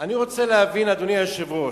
אני רוצה להבין, אדוני היושב-ראש,